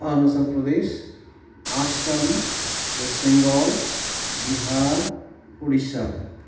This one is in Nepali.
अरुणाचल प्रदेश आसाम वेस्ट बङ्गाल बिहार ओडिसा